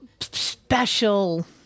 special